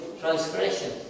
transgression